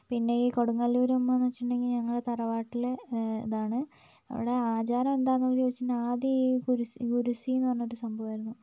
പിന്നെ ഈ കൊടുങ്ങല്ലൂരമ്മാന്ന് വെച്ചിട്ടുണ്ടെങ്കിൽ ഞങ്ങളുടെ തറവാട്ടിൽ ഇതാണ് അവിടെ ആചാരം എന്താന്നന്ന് ചോദിച്ചിട്ടുണ്ടെങ്കിൽ ആദ്യ ഈ ഗുരുസി ഗുരുസീന്ന് പറഞ്ഞിട്ടൊരു സംഭവമായിരുന്നു